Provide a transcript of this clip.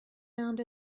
found